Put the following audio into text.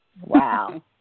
Wow